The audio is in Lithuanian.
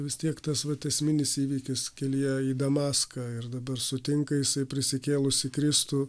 vis tiek tas vat esminis įvykis kelyje į damaską ir dabar sutinka jisai prisikėlusį kristų